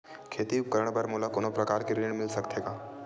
खेती उपकरण बर मोला कोनो प्रकार के ऋण मिल सकथे का?